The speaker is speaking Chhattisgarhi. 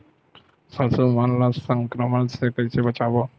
पशु मन ला संक्रमण से कइसे बचाबो?